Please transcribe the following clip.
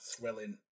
thrilling